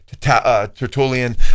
Tertullian